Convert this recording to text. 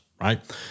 right